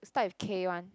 start with K one